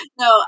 No